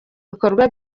bikorwa